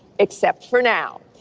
except for now.